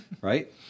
right